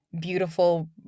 beautiful